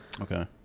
Okay